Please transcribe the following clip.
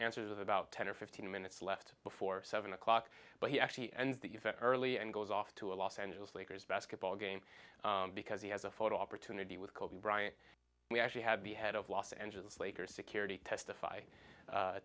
answers about ten or fifteen minutes left before seven o'clock but he actually and the event early and goes off to a los angeles lakers basketball game because he has a photo opportunity with kobe bryant we actually have the head of los angeles lakers security testify